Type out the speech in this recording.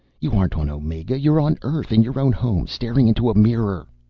you aren't on omega! you're on earth, in your own home, staring into a mirror!